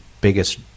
biggest